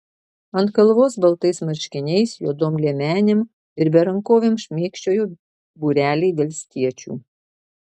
ant kalvos baltais marškiniais juodom liemenėm ir berankovėm šmėkščiojo būreliai valstiečių